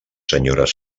senyores